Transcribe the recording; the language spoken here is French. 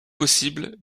possible